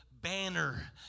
banner